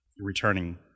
returning